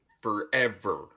forever